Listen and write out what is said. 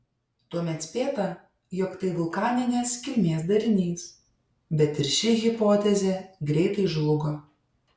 tuomet spėta jog tai vulkaninės kilmės darinys bet ir ši hipotezė greitai žlugo